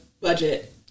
budget